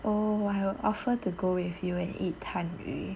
oh I will offer to go with you and eat 探鱼